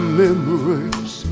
memories